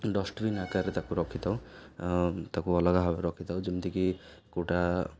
dustbin ଆକାରରେ ତାକୁ ରଖିଥାଉ ତାକୁ ଅଲଗା ଭାରେ ରଖିଥାଉ ଯେମିତିକି କେଉଁଟା